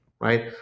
right